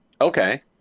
okay